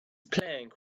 plank